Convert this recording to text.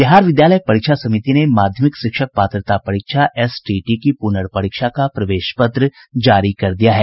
बिहार विद्यालय परीक्षा समिति ने माध्यमिक शिक्षक पात्रता परीक्षा एसटीईटी की पुर्नपरीक्षा का प्रवेश पत्र जारी कर दिया है